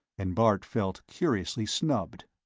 and bart felt curiously snubbed.